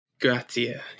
Gratia